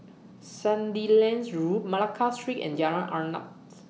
Sandilands Road Malacca Street and Jalan Arnaps